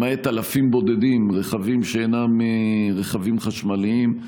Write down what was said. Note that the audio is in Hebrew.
למעט אלפים בודדים, הם רכבים שאינם רכבים חשמליים.